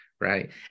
right